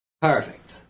Perfect